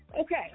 Okay